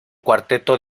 cuarteto